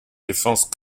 défenses